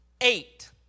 Eight